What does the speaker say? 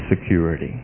security